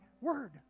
word